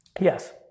yes